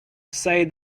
say